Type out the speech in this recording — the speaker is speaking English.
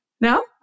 No